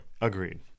Agreed